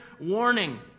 warning